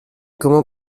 comment